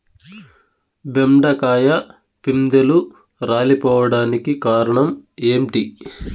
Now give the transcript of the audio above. బెండకాయ పిందెలు రాలిపోవడానికి కారణం ఏంటి?